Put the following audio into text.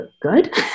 good